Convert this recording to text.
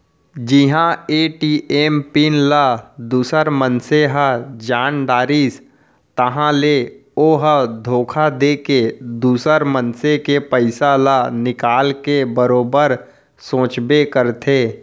जिहां ATM PIN ल दूसर मनसे ह जान डारिस ताहाँले ओ ह धोखा देके दुसर मनसे के पइसा ल निकाल के बरोबर सोचबे करथे